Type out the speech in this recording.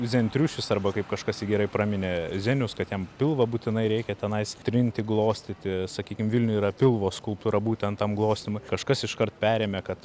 zen triušis arba kaip kažkas jį gerai praminė zenius kad jam pilvą būtinai reikia tenais trinti glostyti sakykim vilniuj yra pilvo skulptūra būtent tam glostymui kažkas iškart perėmė kad